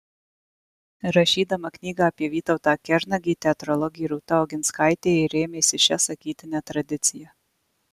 rašydama knygą apie vytautą kernagį teatrologė rūta oginskaitė ir rėmėsi šia sakytine tradicija